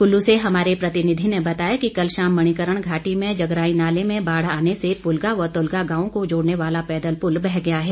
कुल्लू से हमारे प्रतिनिधि ने बताया कि कल शाम मणिकरण घाटी में जगराई नाले में बाढ़ आने से पुलगा व तुलगा गांवों को जोड़ने वाला पैदल पुल बह गया है